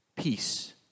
Peace